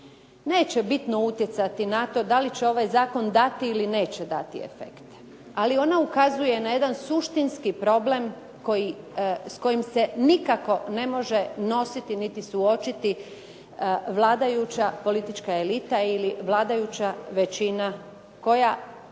neće bitno utjecati na to da li će ovaj zakon dati ili neće dati efekte, ali ona ukazuje na jedan suštinski problem s kojim se nikako ne može nositi niti suočiti vladajuća politička elita ili vladajuća većina koja